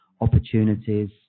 opportunities